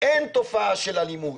אין תופעה של אלימות.